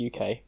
UK